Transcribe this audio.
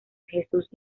jesús